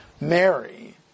Mary